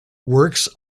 works